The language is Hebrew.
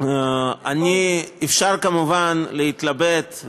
אפשר כמובן להתלבט,